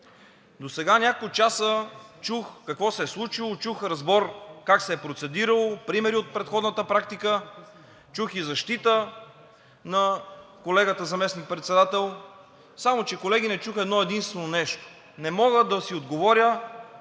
Досега в няколко часа чух какво се е случило, чух разбор как се е процедирало, примери от предходната практика, чух и защита на колегата заместник-председател, само че, колеги, не чух едно-единствено нещо, не мога да си отговоря,